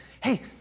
Hey